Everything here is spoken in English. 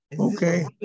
Okay